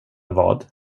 vad